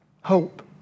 hope